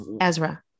Ezra